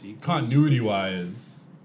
continuity-wise